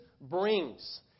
brings